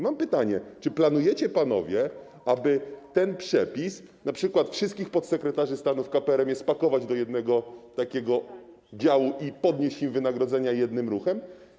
Mam pytanie: Czy planujecie panowie, aby ten przepis... aby np. wszystkich podsekretarzy stanu w KPRM-ie spakować do jednego działu i podnieść im wynagrodzenia jednym ruchem?